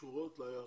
שקושרות להיערכות,